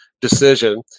decision